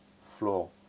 floor